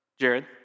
Jared